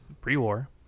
pre-war